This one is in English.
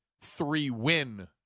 three-win